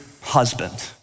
husband